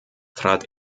trat